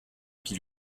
qui